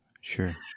Sure